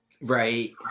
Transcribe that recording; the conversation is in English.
Right